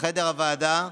בחדר הוועדה,